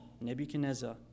Nebuchadnezzar